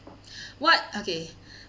what okay